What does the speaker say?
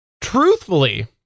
truthfully